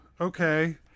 Okay